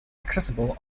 accessible